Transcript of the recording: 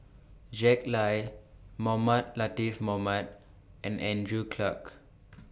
Jack Lai Mohamed Latiff Mohamed and Andrew Clarke